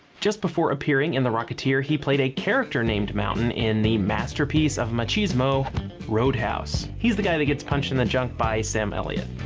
just before appearing in the rocketeer he played a character named mountain in the masterpiece of machismo roadhouse he's the guy that gets punched in the junk by sam elliot